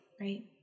Right